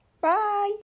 bye